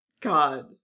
God